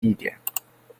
地点